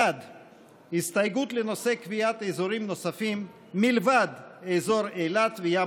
1. הסתייגות לנושא קביעת אזורים נוספים מלבד אזור אילת וים